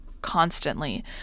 constantly